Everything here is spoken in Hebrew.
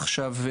עכשיו,